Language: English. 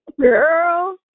girl